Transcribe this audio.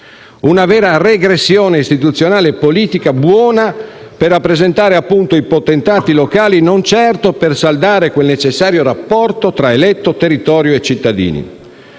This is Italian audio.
una vera regressione istituzionale e politica, buona per rappresentare appunto i potentati locali e non certo per saldare quel necessario rapporto tra eletto, territorio e cittadini.